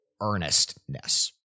earnestness